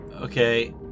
Okay